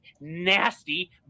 nasty